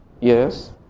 Yes